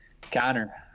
Connor